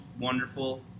wonderful